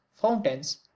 fountains